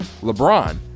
LeBron